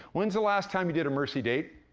when's the last time you did a mercy date?